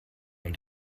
und